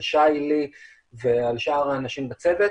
על שי-לי ועל שאר האנשים בצוות.